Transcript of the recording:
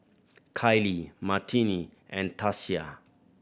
Kylie Martine and Tasia